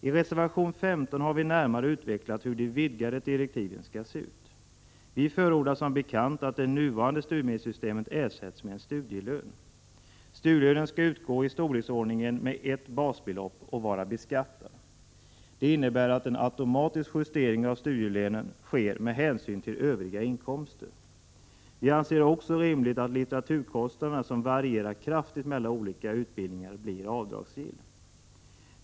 I reservation 15 har vi närmare utvecklat hur de vidgade direktiven skall se ut. Vi förordar som bekant att det nuvarande studiemedelssystemet ersätts med en studielön. Studielönen skall vara av storleksordningen ett basbelopp och vara beskattad. Det innebär att en automatisk justering av studielönen sker med hänsyn till övriga inkomster. Vi anser det också rimligt att litteraturkostnaden, som varierar kraftigt mellan olika utbildningar, blir avdragsgill.